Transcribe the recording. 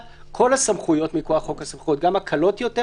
כל הסמכויות מכוח חוק הסמכויות גם הקלות יותר,